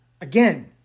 again